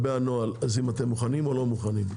האם אתם מוכנים או לא מוכנים?